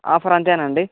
ఆఫరంతేనాండి